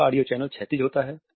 आप का audio channel क्षैतिज होता है